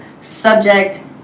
subject